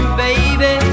baby